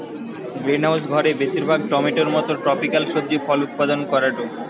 greenhouse ঘরে বেশিরভাগ টমেটোর মতো ট্রপিকাল সবজি ফল উৎপাদন করাঢু